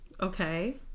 Okay